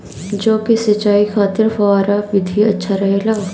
जौ के सिंचाई खातिर फव्वारा विधि अच्छा रहेला?